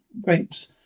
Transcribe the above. grapes